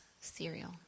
cereal